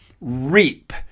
reap